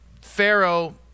Pharaoh